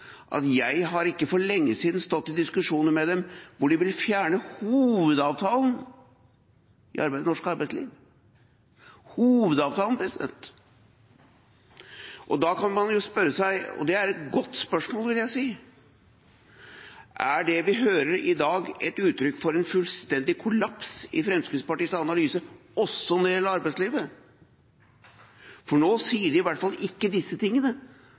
at jeg har, for ikke lenge siden, stått i diskusjoner med dem, hvor de ville fjerne hovedavtalen i norsk arbeidsliv – hovedavtalen. Da kan man spørre seg, og jeg vil si det et godt spørsmål: Er det vi hører i dag, et uttrykk for en fullstendig kollaps i Fremskrittspartiets analyse også når det gjelder arbeidslivet? Nå sier de i hvert fall ikke disse tingene